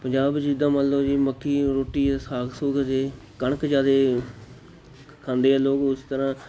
ਪੰਜਾਬ ਵਿੱਚ ਜਿੱਦਾਂ ਮੰਨ ਲਓ ਜੀ ਮੱਕੀ ਰੋਟੀ ਹੈ ਸਾਗ ਸੂਗ ਜੀ ਕਣਕ ਜ਼ਿਆਦੇ ਖਾਂਦੇ ਆ ਲੋਕ ਉਸੇ ਤਰ੍ਹਾਂ